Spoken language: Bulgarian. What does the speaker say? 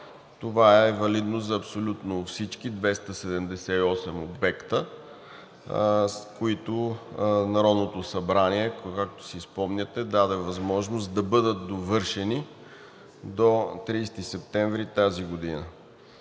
Това е валидно за абсолютно всички 278 обекта, с които Народното събрание, както си спомняте, даде възможност да бъдат довършени до 30 септември тази година.